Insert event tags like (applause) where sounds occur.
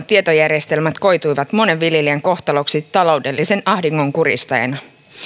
(unintelligible) tietojärjestelmät koituivat monen viljelijän kohtaloksi taloudellisen ahdingon kurjistajana